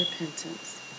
Repentance